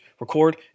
record